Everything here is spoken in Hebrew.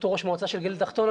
בתור ראש מועצה של גליל תחתון,